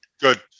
Good